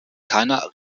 keiner